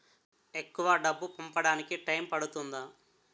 ఎక్కువ డబ్బు పంపడానికి టైం పడుతుందా?